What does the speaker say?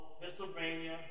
Pennsylvania